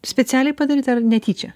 specialiai padaryta ar netyčia